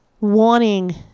wanting